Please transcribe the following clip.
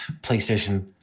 PlayStation